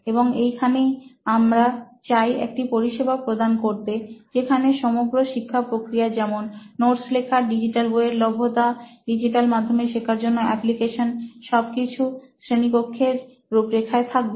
এবং এইখানেই আমরা চাই একটি পরিষেবা প্রদান করতে যেখানে সমগ্র শিক্ষা প্রক্রিয়া যেমন নোটস লেখা ডিজিটাল বইয়ের লভ্যতা ডিজিটাল মাধ্যমে শেখার জন্য অ্যাপ্লিকেশন সবকিছু শ্রেণীকক্ষের এর রুপরেখায় থাকবে